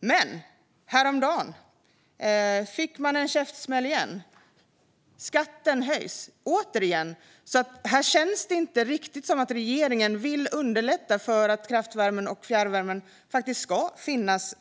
Men häromdagen fick man en käftsmäll igen: Skatten höjs återigen. Det känns inte riktigt som att regeringen vill underlätta för att kraftvärmen och fjärrvärmen ska